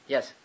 Yes